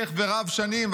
מתמשך ורב-שנים.